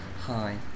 Hi